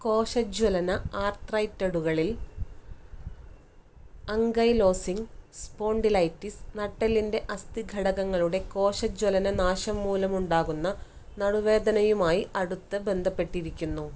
കോശജ്വലന ആർത്രൈറ്റഡുകളിൽ ankylosing spondylitis നട്ടെല്ലിൻ്റെ അസ്ഥിഘടകങ്ങളുടെ കോശജ്വലനനാശം മൂലമുണ്ടാകുന്ന നടുവേദനയുമായി അടുത്ത് ബന്ധപ്പെട്ടിരിക്കുന്നു